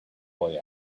boy